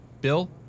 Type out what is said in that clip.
Bill